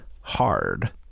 hard